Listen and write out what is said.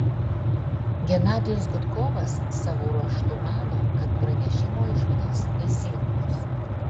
genadijus gudkovas savo ruožtu mano kad pranešimo išvados teisingos